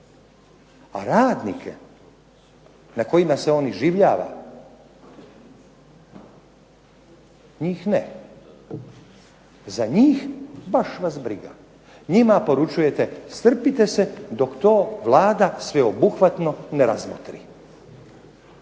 a radnike na kojima se on iživljava njih ne. Za njih baš vas briga. Njima poručujete strpite se dok to Vlada sveobuhvatno ne razmotri.